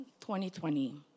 2020